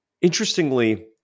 Interestingly